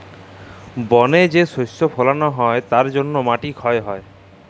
বল যে শস্য ফলাল হ্যয় উয়ার জ্যনহে মাটি ক্ষয় হ্যয়